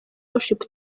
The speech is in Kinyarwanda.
worship